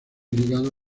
ligado